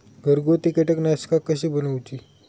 घरगुती कीटकनाशका कशी बनवूची?